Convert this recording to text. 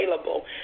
available